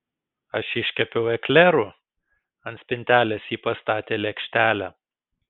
aš iškepiau eklerų ant spintelės ji pastatė lėkštelę